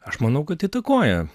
aš manau kad įtakoja